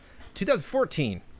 2014